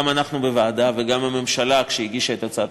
גם אנחנו בוועדה וגם הממשלה כשהגישה את הצעת